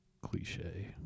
cliche